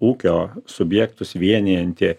ūkio subjektus vienijanti